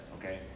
okay